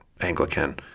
Anglican